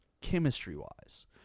chemistry-wise